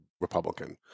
Republican